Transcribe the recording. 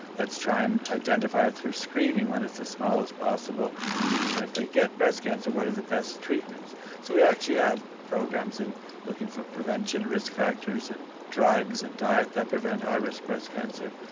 let's try and identify it through screening when it's as small as possible. and if they get breast cancer what are the best treatments? so we actually have programs in looking for prevention, risk factors and drugs and diet that prevent high risk breast cancer.